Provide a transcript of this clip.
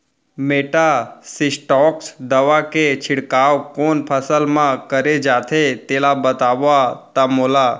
Metasystox दवा के छिड़काव कोन फसल म करे जाथे तेला बताओ त मोला?